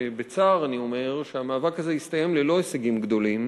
בצער אני אומר שהמאבק הזה הסתיים ללא הישגים גדולים.